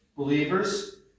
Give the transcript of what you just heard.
Believers